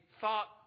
thought